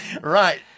Right